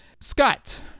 Scott